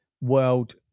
world